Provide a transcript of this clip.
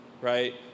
right